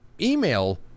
email